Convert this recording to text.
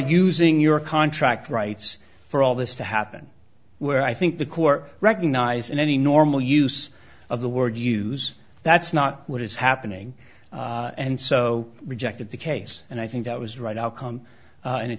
using your contract rights for all this to happen where i think the core recognise in any normal use of the word use that's not what is happening and so rejected the case and i think that was right outcome and it